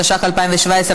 התשע"ח 2017,